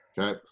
Okay